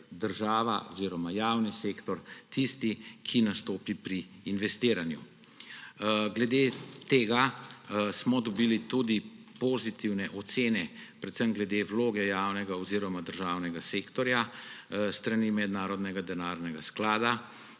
država oziroma javni sektor tisti, ki nastopi pri investiranju. Glede tega smo dobili tudi pozitivne ocene predvsem glede vloge javnega oziroma državnega sektorja s strani Mednarodnega denarnega sklada,